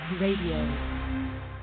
Radio